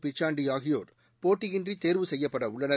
பிச்சாண்டி ஆகியோர் போட்டியின்றி தேர்வு செய்யப்பட உள்ளனர்